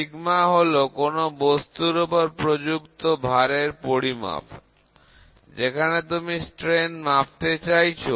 পীড়ন হল কোন বস্তুর ওপর প্রযুক্ত ভার এর পরিমাপ যেখানে তুমি বিকৃতি মাপতে চাইছ